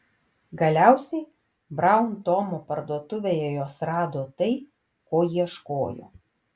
galiausiai braun tomo parduotuvėje jos rado tai ko ieškojo